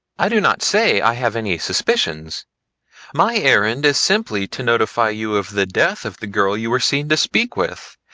i do not say i have any suspicions my errand is simply to notify you of the death of the girl you were seen to speak with,